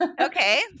Okay